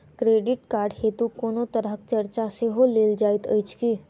Credit card हेतु कोनो तरहक चार्ज सेहो लेल जाइत अछि की?